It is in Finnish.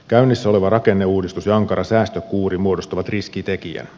käynnissä oleva rakenneuudistus ja ankara säästökuuri muodostavat riskitekijän